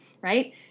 right